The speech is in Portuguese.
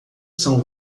são